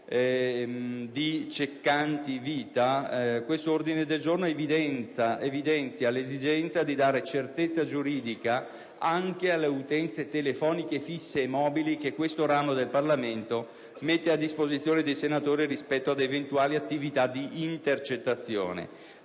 Ceccanti e Vita, esso evidenzia l'esigenza di dare certezza giuridica anche alle utenze telefoniche fisse e mobili che questo ramo del Parlamento mette a disposizione dei senatori rispetto ad eventuali attività di intercettazione,